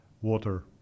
water